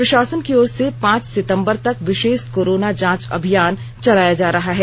प्रशासन की ओर से पांच सितंबर तक विशेष कोरोना जांच अभियान चलाया जा रहा है